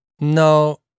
No